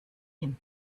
him